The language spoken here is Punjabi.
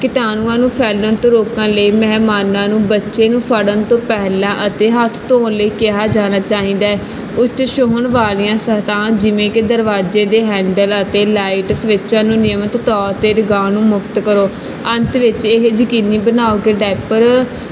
ਕੀਟਾਣੂਆਂ ਨੂੰ ਫੈਲਣ ਤੋਂ ਰੋਕਣ ਲਈ ਮਹਿਮਾਨਾਂ ਨੂੰ ਬੱਚੇ ਨੂੰ ਫੜਨ ਤੋਂ ਪਹਿਲਾਂ ਅਤੇ ਹੱਥ ਧੋਣ ਲਈ ਕਿਹਾ ਜਾਣਾ ਚਾਹੀਦਾ ਹੈ ਉੱਚ ਛੂਹਣ ਵਾਲੀਆਂ ਸਤਹ ਜਿਵੇਂ ਕਿ ਦਰਵਾਜ਼ੇ ਦੇ ਹੈਂਡਲ ਅਤੇ ਲਾਈਟ ਸਵਿੱਚ ਨੂੰ ਨਿਯਮਤ ਤੋਰ 'ਤੇ ਰੋਗਾਣੂ ਮੁਕਤ ਕਰੋ ਅੰਤ ਵਿੱਚ ਇਹ ਯਕੀਨੀ ਬਣਾਓ ਕਿ ਡਾਇਪਰ